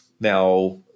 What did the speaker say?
Now